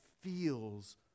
feels